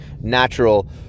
natural